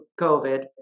COVID